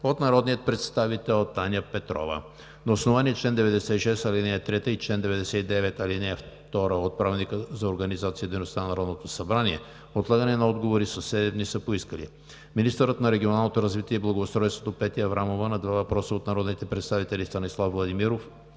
от народния представител Таня Петрова. На основание чл. 96, ал. 3 и чл. 99, ал. 2 от Правилника за организацията и дейността на Народното събрание отлагане на отговори със седем дни са поискали: - министърът на регионалното развитие и благоустройството Петя Аврамова – на два въпроса от народните представители Станислав Владимиров;